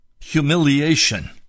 humiliation